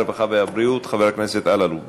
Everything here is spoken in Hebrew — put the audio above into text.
הרווחה והבריאות אלי אלאלוף.